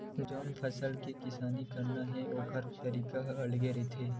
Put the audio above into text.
जउन फसल के किसानी करना हे ओखर तरीका ह अलगे रहिथे